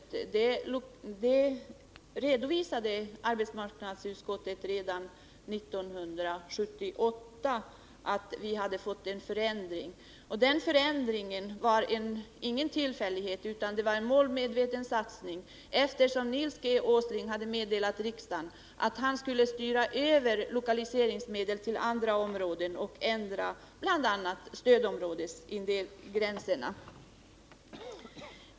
Redan 1978 redovisade arbetsmarknadsutskottet att vi hade 14 december 1979 fått en förändring, och den förändringen var ingen tillfällighet utan resultatet av en målmedveten satsning, eftersom Nils Åsling hade meddelat riksdagen Om åtgärder för att han skulle styra över lokaliseringsmedel till andra områden och ändra — att säkra sysselbl.a. stödområdesgränserna.